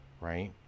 right